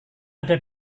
ada